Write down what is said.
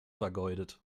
vergeudet